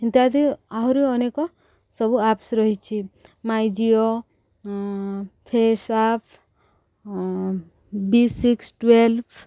ଇତ୍ୟାଦି ଆହୁରି ଅନେକ ସବୁ ଆପ୍ସ ରହିଛି ମାଇଁ ଜିଓ ଫେସ୍ଆପ୍ ବି ସିକ୍ସ ଟୁଏେଲ୍ଭ